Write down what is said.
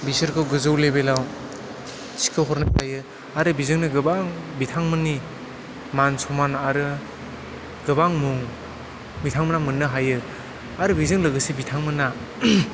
बिसोरखौ गोजौ लेभेलाव थिखो हरनो हायो आरो बिजोंनो गोबां बिथांमोननि मान सनमान आरो गोबां मुं बिथांमोना मोननो हायो आरो बेजों लोगोसे बिथांमोना